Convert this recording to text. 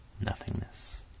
nothingness